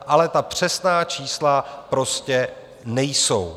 Ale ta přesná čísla prostě nejsou.